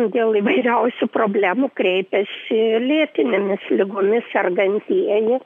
dėl įvairiausių problemų kreipiasi lėtinėmis ligomis sergantieji